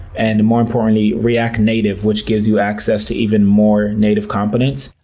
and more importantly, react native, which gives you access to even more native competence.